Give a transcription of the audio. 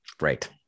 Right